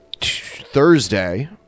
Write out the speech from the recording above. Thursday